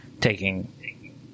taking